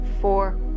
four